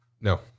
No